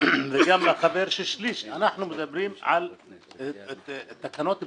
וגם מהחבר ששליש אנחנו מדברים על תקנות בטיחות,